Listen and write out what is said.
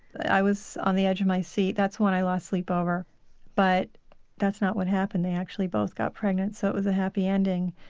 i was on the edge of my seat. that's one i lost sleep over but that's not what happened, they actually both got pregnant, so it was happy ending.